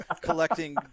collecting